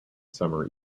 summer